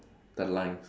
the lines